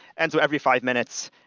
and so every five minutes,